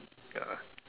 ya